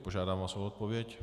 Požádám vás o odpověď.